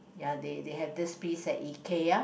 ya they they have this piece at Ikea